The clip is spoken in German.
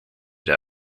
der